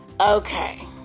Okay